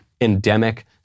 endemic